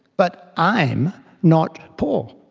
but i'm not poor.